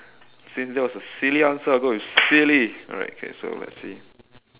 since that was a silly answer I'll go with silly alright okay so let's see